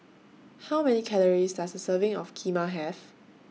How Many Calories Does A Serving of Kheema Have